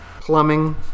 Plumbing